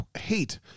hate